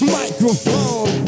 microphone